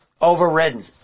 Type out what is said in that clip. overridden